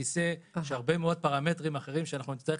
יש הרבה מאוד פרמטרים אחרים שנצטרך